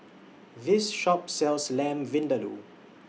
This Shop sells Lamb Vindaloo